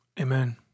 Amen